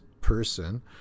person